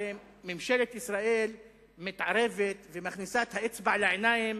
הרי ממשלת ישראל מתערבת ומכניסה את האצבע לעיניים